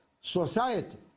society